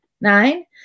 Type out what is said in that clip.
Nine